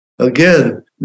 Again